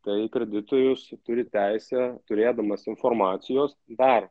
tai kreditorius turi teisę turėdamas informacijos dar